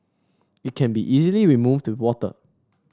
it can be easily removed with water